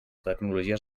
tecnologies